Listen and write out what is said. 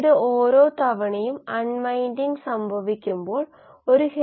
നിങ്ങൾക്ക് വിശദാംശങ്ങൾ പരിശോധിച്ച് സ്വയം ബോധ്യപ്പെടുത്താൻ കഴിയും